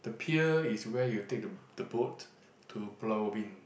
the pier is where you take the the boat to Pulau-Ubin